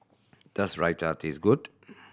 does Raita taste good